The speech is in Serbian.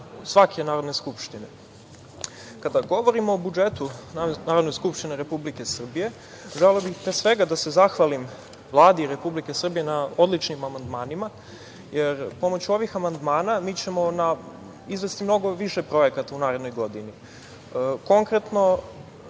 svake Narodne skupštine. Kada govorimo o budžetu Narodne skupštine Republike Srbije, želeo bih, pre svega, da se zahvalim Vladi Republike Srbije na odličnim amandmanima, jer pomoću ovih amandmana mi ćemo izvesti mnogo više projekata u narednoj godini. Konkretno,